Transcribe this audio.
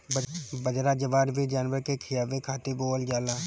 बजरा, जवार भी जानवर के खियावे खातिर बोअल जाला